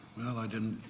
well, i didn't,